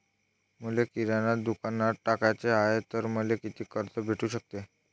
मले किराणा दुकानात टाकाचे हाय तर मले कितीक कर्ज भेटू सकते?